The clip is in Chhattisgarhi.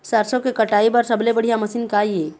सरसों के कटाई बर सबले बढ़िया मशीन का ये?